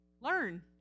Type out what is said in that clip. learn